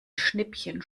schnippchen